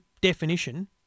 definition